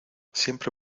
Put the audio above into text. siempre